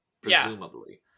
presumably